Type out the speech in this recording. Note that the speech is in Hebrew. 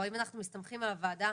או האם אנחנו מסתמכים על הוועדה